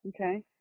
Okay